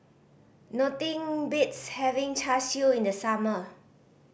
nothing beats having Char Siu in the summer